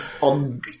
On